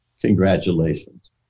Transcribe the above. Congratulations